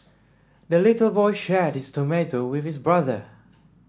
the little boy shared his tomato with his brother